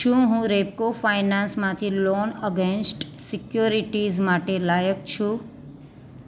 શું હું રેપકો ફાયનાન્સમાંથી લોન અગેન્સ્ટ સિક્યુરિટીઝ માટે લાયક છું